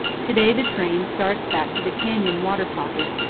to-day the train starts back to the canyon water pocket,